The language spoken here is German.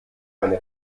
eine